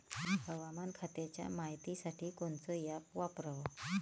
हवामान खात्याच्या मायतीसाठी कोनचं ॲप वापराव?